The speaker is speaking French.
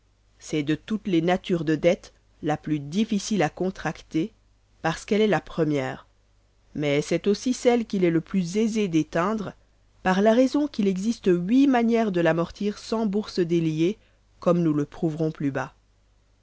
c'est de toutes les natures de dettes la plus difficile à contracter parce qu'elle est la première mais c'est aussi celle qu'il est le plus aisé d'éteindre par la raison qu'il existe huit manières de l'amortir sans bourse délier comme nous le prouverons plus bas